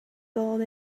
told